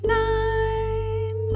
nine